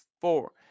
four